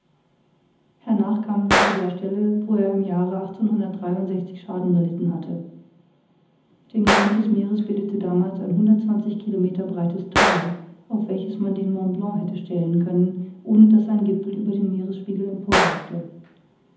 hernach kamen wir zu der stelle wo er im jahre schaden gelitten hatte den grund des meeres bildete damals ein hundertundzwanzig kilometer breites thal auf welches man den mont blanc hätte stellen können ohne daß sein gipfel über den meeresspiegel